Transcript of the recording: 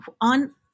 On